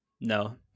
no